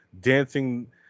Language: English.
dancing